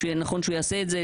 שנכון שהוא יעשה את זה